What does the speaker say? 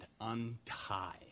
untie